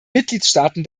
mitgliedstaaten